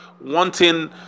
wanting